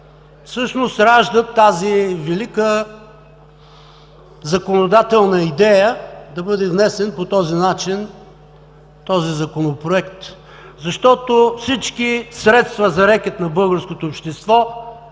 всъщност ражда великата законодателна идея – да бъде внесен по този начин Законопроектът. Всички средства за рекет на българското общество